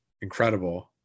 incredible